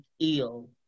ill